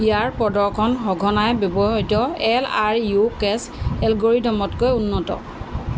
ইয়াৰ প্ৰদৰ্শন সঘনাই ব্যৱহৃত এল আৰ ইউ কেশ্ব এলগৰিদমতকৈ উন্নত